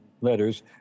letters